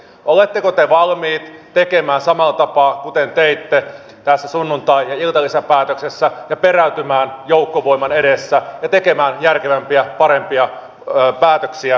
oletteko te valmis tekemään samalla tapaa kuten teitte tässä sunnuntai ja iltalisäpäätöksessä ja perääntymään joukkovoiman edessä ja tekemään järkevämpiä parempia päätöksiä